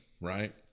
right